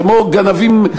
כמו גנבים,